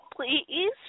Please